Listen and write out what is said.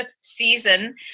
season